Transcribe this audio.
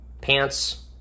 Pants